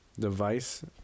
device